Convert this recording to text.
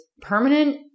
permanent